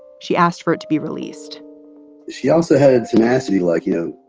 she asked for it to be released she also had to ask. we like you.